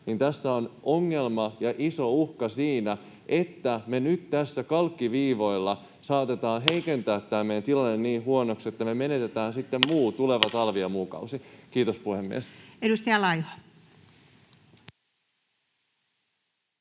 tässä on ongelma ja iso uhka siitä, että me nyt tässä kalkkiviivoilla saatetaan heikentää meidän tilanne niin huonoksi, että me menetetään sitten tuleva talvi ja muu kausi. — Kiitos, puhemies. [Speech